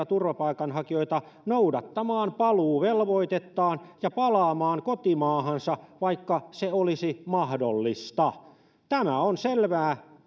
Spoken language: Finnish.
turvapaikanhakijoita noudattamaan paluuvelvoitettaan ja palaamaan kotimaahansa vaikka se olisi mahdollista tämä on selvää